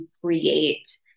create